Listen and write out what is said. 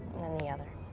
and then the other.